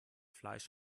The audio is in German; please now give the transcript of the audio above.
fleisch